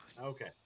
Okay